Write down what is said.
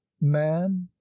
man